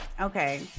Okay